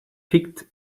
picked